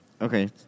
Okay